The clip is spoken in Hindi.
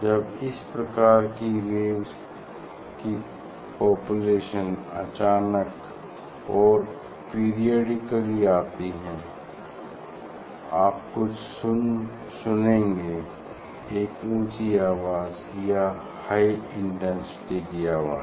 जब इस प्रकार की वेव्स की पापुलेशन अचानक और पेरिओडिकली आती हैं आप कुछ सुनेंगे एक ऊँची आवाज या हाई इंटेंसिटी की आवाज